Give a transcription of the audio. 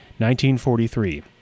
1943